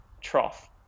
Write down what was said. trough